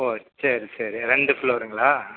ஓ சரி சரி ரெண்டு ஃப்ளோருங்களா